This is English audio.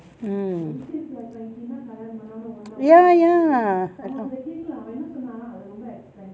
mm ya ya